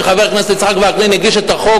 כשחבר הכנסת יצחק וקנין הגיש את החוק,